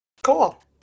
Cool